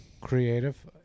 creative